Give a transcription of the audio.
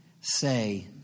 say